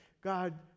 God